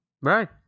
Right